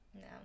no